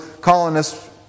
colonists